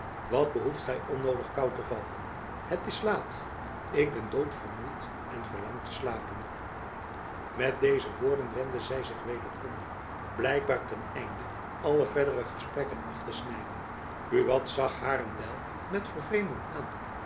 wat behoeft gy onnoodig koû te vatten het is laat ik ben dood vermoeid en verlang te slapen met deze woorden wendde zy zich weder om blijkbaar ten einde alle verdere gesprekken af te snijden buat zag haar een wijl met bevreemding aan